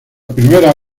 primera